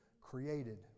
created